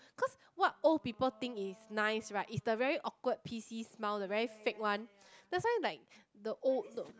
cause what old people think is nice right it's the very awkward P_C smile the very fake one that's why like the old the